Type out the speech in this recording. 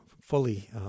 fully